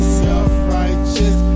self-righteous